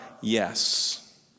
yes